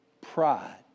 Pride